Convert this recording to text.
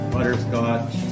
Butterscotch